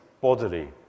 bodily